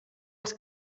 els